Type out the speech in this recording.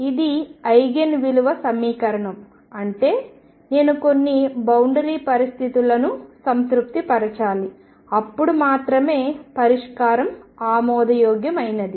ఇది ఐగెన్ విలువ సమీకరణం అంటే నేను కొన్ని బౌండరి పరిస్థితులను సంతృప్తి పరచాలి అప్పుడు మాత్రమే పరిష్కారం ఆమోదయోగ్యమైనది